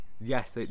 Yes